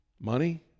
Money